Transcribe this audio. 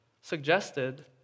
suggested